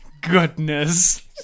Goodness